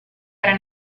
era